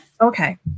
okay